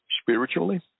spiritually